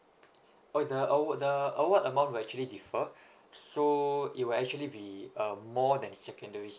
oh the awa~ the award amount will actually differ so it will actually be uh more than secondary